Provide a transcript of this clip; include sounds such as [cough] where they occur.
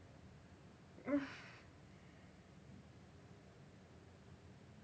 [laughs]